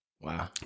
Wow